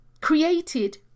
created